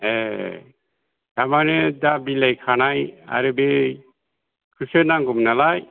ए थारमाने दा बिलाइ खानाय आरो बैखौसो नांगौमोन नालाय